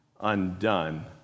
undone